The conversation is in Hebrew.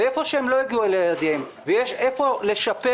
ואיפה שהן לא הגיעו ליעדיהן ויש איפה לשפר